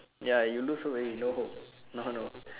ya you lose hope already no hope no no